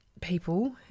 people